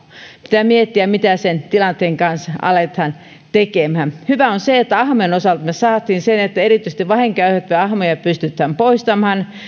pitää miettiä mitä sen tilanteen kanssa aletaan tekemään hyvää on se että ahmojen osalta me saimme sen että erityisesti vahinkoja aiheuttavia ahmoja pystytään poistamaan